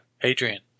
Adrian